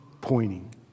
pointing